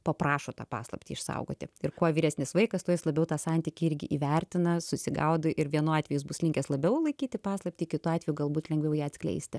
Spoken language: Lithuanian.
paprašo tą paslaptį išsaugoti ir kuo vyresnis vaikas tuo jis labiau tą santykį irgi įvertina susigaudo ir vienu atveju is bus linkęs labiau laikyti paslaptį kitu atveju galbūt lengviau ją atskleisti